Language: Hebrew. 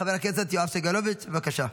חבר הכנסת יואב סגלוביץ', בבקשה.